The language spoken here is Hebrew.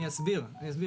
אני אסביר.